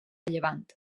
llevant